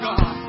God